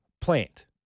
Plant